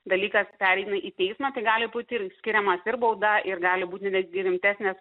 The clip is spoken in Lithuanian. dalykas pereina į teismą tai gali būti ir skiriamas ir bauda ir gali būti netgi rimtesnės